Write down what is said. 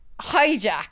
Hijack